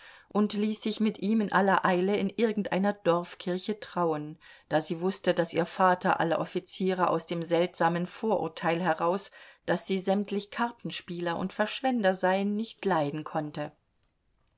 und ließ sich mit ihm in aller eile in irgendeiner dorfkirche trauen da sie wußte daß ihr vater alle offiziere aus dem seltsamen vorurteil heraus daß sie sämtlich kartenspieler und verschwender seien nicht leiden konnte